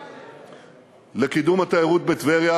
תוכניות לקידום התיירות בטבריה,